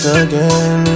again